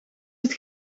het